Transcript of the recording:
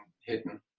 hidden